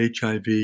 HIV